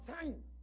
time